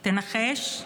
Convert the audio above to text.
תנחש,